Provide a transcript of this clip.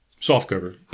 softcover